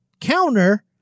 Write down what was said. counter